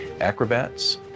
acrobats